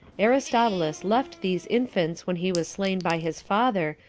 aristobulus left these infants when he was slain by his father,